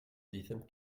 dicen